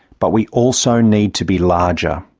but we also need to be larger.